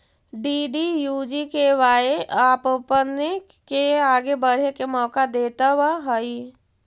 DDUGKY आपपने के आगे बढ़े के मौका देतवऽ हइ